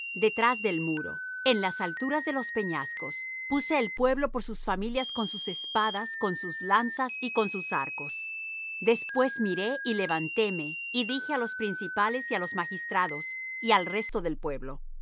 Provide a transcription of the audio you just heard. detrás del muro en las alturas de los peñascos puse el pueblo por familias con sus espadas con sus lanzas y con sus arcos después miré y levantéme y dije á los principales y á los magistrados y al resto del pueblo